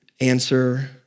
answer